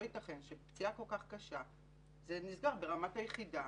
לא יתכן שפציעה כל כך קשה וזה נסגר ברמת היחידה